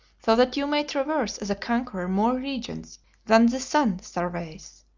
so that you may traverse as a conqueror more regions than the sun surveys.